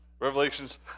revelations